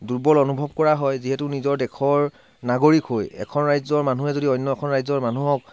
দুৰ্বল অনুভৱ কৰা হয় যিহেতু নিজৰ দেশৰ নাগৰিক হৈ এখন ৰাজ্যৰ মানুহে যদি অন্য এখন ৰাজ্যৰ মানুহক